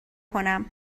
کنم